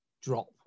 drop